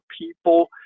people